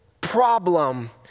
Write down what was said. problem